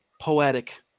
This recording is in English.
poetic